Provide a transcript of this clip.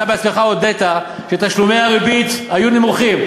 אתה בעצמך הודית שתשלומי הריבית היו נמוכים,